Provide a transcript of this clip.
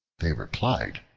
they replied,